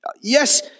Yes